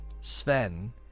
Sven